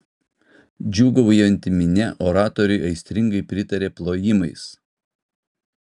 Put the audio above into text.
džiūgaujanti minia oratoriui aistringai pritarė plojimais